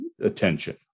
attention